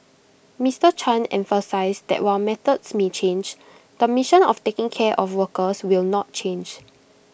Mister chan emphasised that while methods may change the mission of taking care of workers will not change